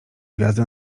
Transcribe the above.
gwiazdy